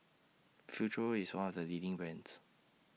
Futuro IS one of The leading brands